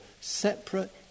separate